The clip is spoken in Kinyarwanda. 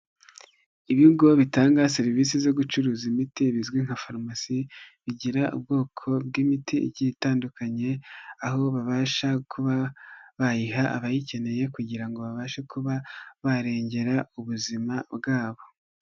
Ibigo bitanga serivisi zo gucuruza imiti bizwi nka farumasi, bigira ubwoko bw'imiti igiye itandukanye, aho babasha kuba bayiha abayikeneye kugira ngo babashe kuba barengera ubuzima bwabo.